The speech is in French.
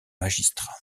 magistrats